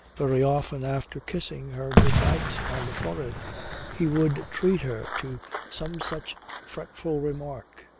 very often after kissing her good-night on the forehead he would treat her to some such fretful remark